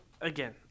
again